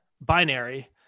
binary